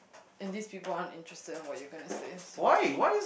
and these people aren't interested in what you're gonna say so